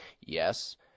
yes